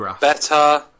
better